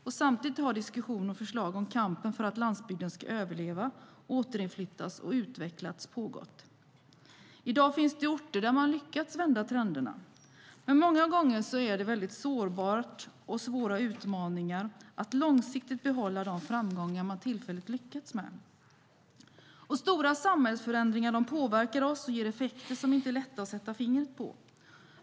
Samtidigt har det pågått diskussioner och kommit förslag om kampen för att landsbygden ska överleva, återinflyttas och utvecklas. I dag finns det orter där man lyckats vända trenderna, men många gånger är det väldigt sårbart. Och det är svåra utmaningar att långsiktigt behålla de framgångar man tillfälligt haft. Stora samhällsförändringar påverkar oss och ger effekter som inte är lätta att sätta fingret på.